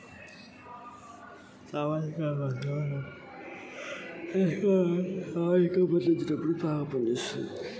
సామాజిక పథకం అసలు మనం ఎందుకు చేస్కోవాలే?